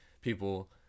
people